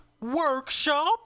workshop